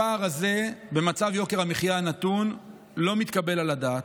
הפער הזה במצב יוקר המחיה הנתון לא מתקבל על הדעת,